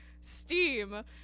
Steam